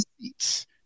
seats